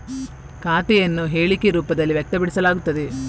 ಖಾತೆಯನ್ನು ಹೇಳಿಕೆ ರೂಪದಲ್ಲಿ ವ್ಯಕ್ತಪಡಿಸಲಾಗುತ್ತದೆ